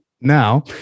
Now